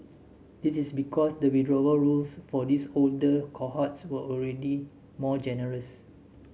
this is because the withdrawal rules for these older cohorts were already more generous